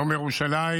יום ירושלים,